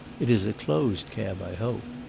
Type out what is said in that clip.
it is a closed cab i hope.